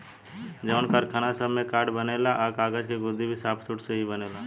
जवन कारखाना सब में कार्ड बनेला आ कागज़ के गुदगी भी सब सॉफ्टवुड से ही बनेला